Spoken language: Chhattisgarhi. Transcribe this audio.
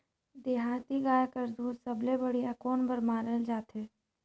देहाती गाय कर दूध सबले बढ़िया कौन बर मानल जाथे?